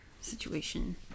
situation